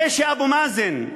זה שאבו מאזן,